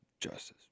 Justice